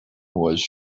was